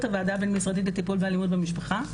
הוועדה הבין-משרדית לטיפול באלימות במשפחה,